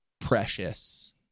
precious